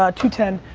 ah two ten.